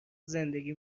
زندگی